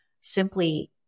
simply